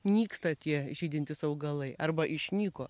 nyksta tie žydintys augalai arba išnyko